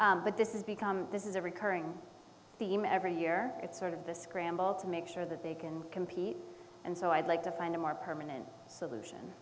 know but this is becoming this is a recurring theme every year it's sort of the scramble to make sure that they can compete and so i'd like to find a more permanent solution